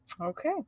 Okay